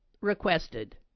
requested